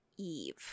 Eve